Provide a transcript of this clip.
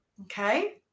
okay